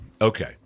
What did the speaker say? okay